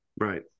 Right